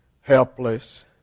helpless